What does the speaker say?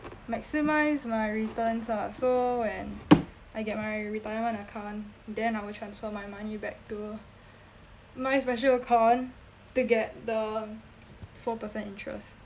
maximize my returns lah so and I get my retirement account then I will transfer my money back to my special account to get the four percent interest